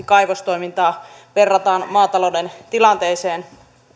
kaivostoimintaa verrataan maatalouden tilanteeseen